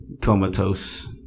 comatose